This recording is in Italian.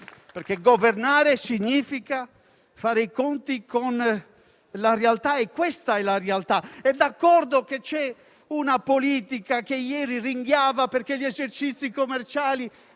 perché governare significa fare i conti con la realtà, che è questa. Signor Presidente, d'accordo che c'è una politica che ieri ringhiava perché gli esercizi commerciali